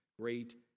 great